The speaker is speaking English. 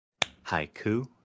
Haiku